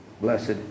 blessed